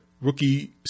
rookie